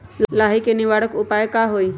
लाही के निवारक उपाय का होई?